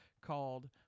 called